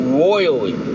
royally